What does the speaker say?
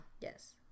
Yes